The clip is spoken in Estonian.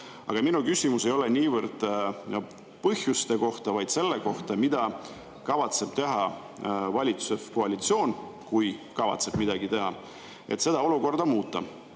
Aga minu küsimus ei ole niivõrd põhjuste kohta kui selle kohta, mida kavatseb teha valitsuskoalitsioon – kui kavatseb midagi teha –, et seda olukorda muuta.